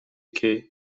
che